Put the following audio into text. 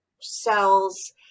cells